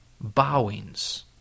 bowings